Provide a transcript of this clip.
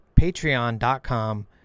patreon.com